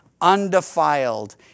undefiled